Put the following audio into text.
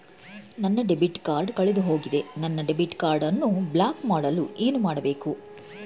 ನನ್ನ debit card ಕಳೆದುಹೋಗಿದೆ ನನ್ನ ಡೆಬಿಟ್ ಕಾರ್ಡ್ ಅನ್ನು ಬ್ಲಾಕ್ ಮಾಡಲು ಏನು ಮಾಡಬೇಕು?